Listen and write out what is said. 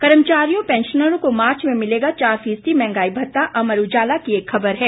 कर्मचारियों पैंशनरों को मार्च में मिलेगा चार फीसदी मंहगाई भत्ता अमर उजाला की ख़बर है